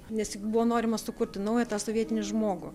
nes buvo norima sukurti naują tą sovietinį žmogų